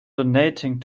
donating